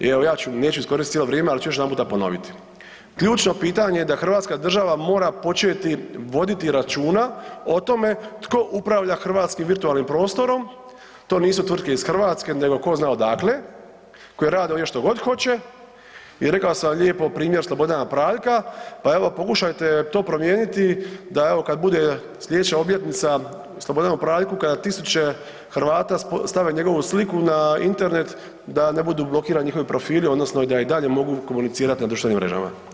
I evo ja ću, neću iskoristiti cijelo vrijeme, ali ću još jedanput ponoviti, ključno pitanje da hrvatska država mora početi voditi računa o tome tko upravlja hrvatskim virtualnim prostorom, to nisu tvrtke iz Hrvatske nego tko zna odakle koje rade što god hoće i rekao sam lijepo primjer Slobodan Praljka pa evo, pokušajte to promijeniti da evo, kad bude sljedeća obljetnika Slobodanu Praljku, kada tisuće Hrvata stave njegovu sliku na internet, da ne budu blokirani njihovi profili, odnosno da i dalje mogu komunicirati na društvenim mrežama.